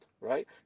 right